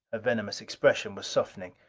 venomous expression was softening.